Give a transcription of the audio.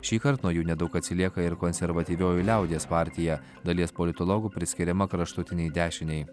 šįkart nuo jų nedaug atsilieka ir konservatyvioji liaudies partija dalies politologų priskiriama kraštutinei dešinei